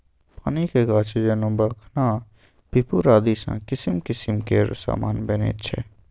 पानिक गाछ जेना भखना पिपुर आदिसँ किसिम किसिम केर समान बनैत छै